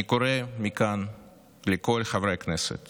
אני קורא מכאן לכל חברי הכנסת